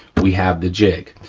we have the jig.